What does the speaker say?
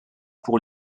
pour